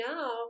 Now